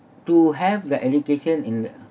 to have the education in